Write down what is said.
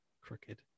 Crooked